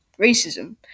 racism